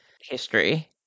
history